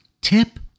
Tip